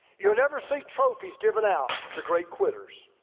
you'll never see trophies given out to great quitters.